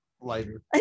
lighter